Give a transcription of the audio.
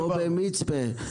או במצפה.